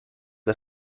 are